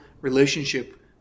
relationship